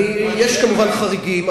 יש כמובן חריגים,